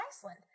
iceland